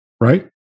right